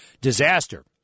disaster